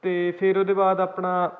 ਅਤੇ ਫਿਰ ਉਹਦੇ ਬਾਅਦ ਆਪਣਾ